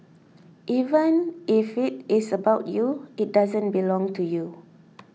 even if it is about you it doesn't belong to you